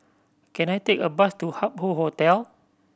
can I take a bus to Hup Hoe Hotel